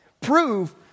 prove